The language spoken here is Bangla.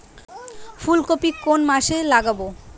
ফুলকপি কোন মাসে লাগাবো?